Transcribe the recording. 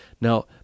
Now